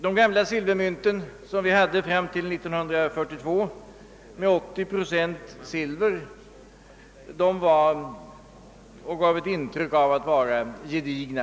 De gamla silvermynten, som vi hade fram till 1942 och som innehöll 80 procent silver, gav ett intryck av att vara gedigna.